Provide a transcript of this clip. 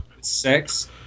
Sex